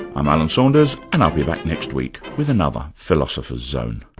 i'm alan saunders and i'll be back next week with another philosopher's zone